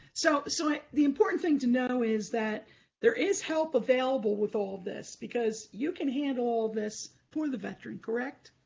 so the so and the important thing to know is that there is help available with all of this, because you can handle this for the veteran, correct?